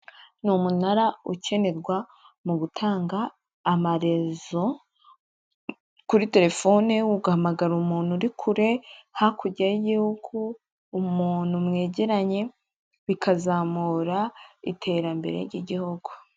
Ni umunara ukenerwa mu gutanga amarezo kuri telefone ugahamagara umuntu uri kure hakurya y'igihugu, umuntu mwegeranye bikazamura iterambere ry'igihugu.